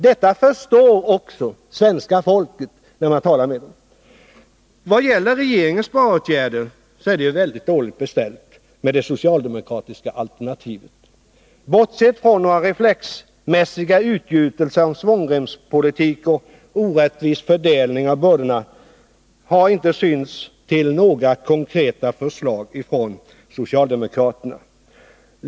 Detta förstår också svenska folket. Det framgår när man talar med människor. Vad gäller regeringens sparåtgärder är det dåligt ställt med det socialdemokratiska alternativet. Bortsett från några reflexmässiga utgjutelser om svångremspolitik och orättvis fördelning av bördorna har det inte synts till några konkreta förslag från socialdemokraterna.